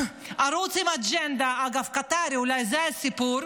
ערוץ עם אג'נדה, אגב, קטרי אולי זה הסיפור,